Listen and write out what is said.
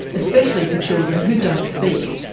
especially for children who don't speak.